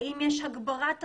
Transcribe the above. האם יש הגברת אכיפה,